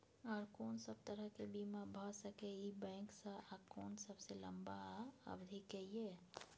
आर कोन सब तरह के बीमा भ सके इ बैंक स आ कोन सबसे लंबा अवधि के ये?